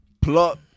plot